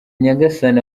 nyagasani